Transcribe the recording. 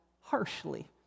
harshly